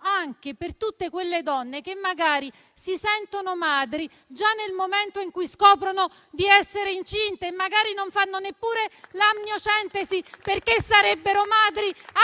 anche per tutte quelle donne che magari si sentono madri già nel momento in cui scoprono di essere incinte e non fanno neppure l'amniocentesi, perché sarebbero madri anche